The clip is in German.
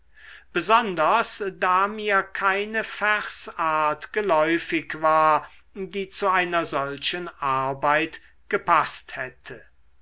besonders da mir keine versart geläufig war die zu einer solchen arbeit gepaßt hätte